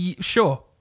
Sure